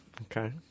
Okay